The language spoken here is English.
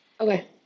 Okay